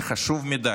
זה חשוב מדי.